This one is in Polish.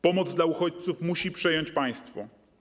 Pomoc dla uchodźców musi przejąć państwo.